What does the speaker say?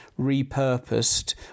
repurposed